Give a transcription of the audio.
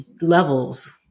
levels